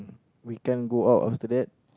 we can't go out after that